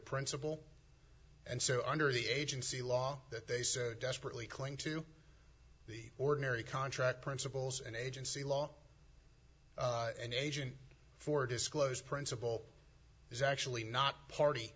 principal and so under the agency law that they so desperately cling to the ordinary contract principles and agency law and agent for disclose principle is actually not party